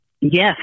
Yes